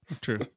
True